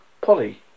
Polly